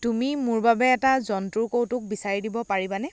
তুমি মোৰ বাবে এটা জন্তুৰ কৌতুক বিচাৰি দিব পাৰিবানে